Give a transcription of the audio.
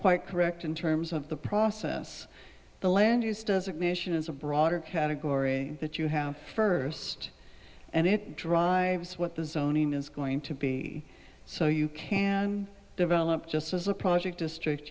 quite correct in terms of the process the land use designation is a broader category that you have first and it drives what the zoning is going to be so you can develop just as a project district